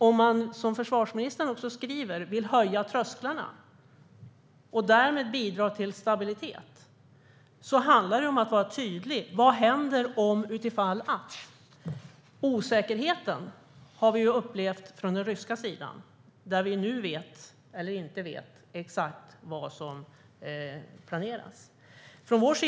Om man, som försvarsministern säger, vill höja trösklarna och därmed bidra till stabilitet, är det viktigt att vara tydlig om hur vi kommer att agera om något sker. Osäkerheten har vi upplevt från den ryska sidan, där vi ju nu vet - eller inte vet - exakt vad som planeras.